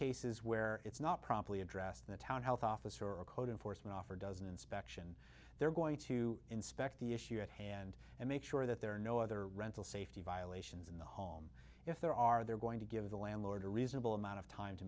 cases where it's not properly addressed in the town health officer or code enforcement officer does an inspection they're going to inspect the issue at hand and make sure that there are no other rental safety violations in the home if there are they're going to give the landlord a reasonable amount of time to